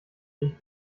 ich